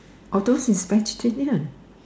although its vegetarian